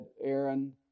Aaron